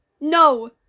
No